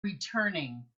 returning